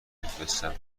بفرستم